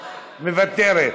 מוותרת,